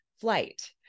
Flight